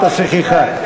השכחה.